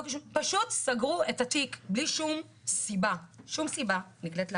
פשוט סגרו את התיק בלי שום סיבה נגלית לעין.